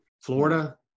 Florida